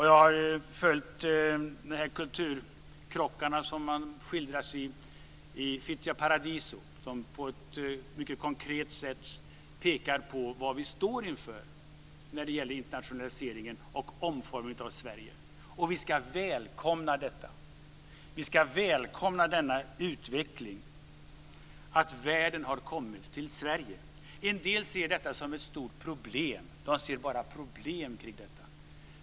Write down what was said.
Jag har följt de kulturkrockar som skildras i "Fittja Paradiso", som på ett mycket konkret sätt pekar på vad vi står inför när det gäller internationaliseringen och omformningen av Sverige. Vi ska välkomna detta. Vi ska välkomna denna utveckling, att världen har kommit till Sverige. En del ser detta som ett stort problem; de ser bara problem kring detta.